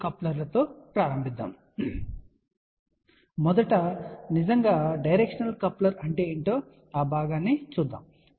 కాబట్టి మొదట నిజంగా డైరెక్షనల్ కప్లర్ అంటే ఏమిటో ఆ భాగాన్ని వివరించనివ్వండి